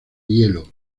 hielo